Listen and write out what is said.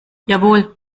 jawohl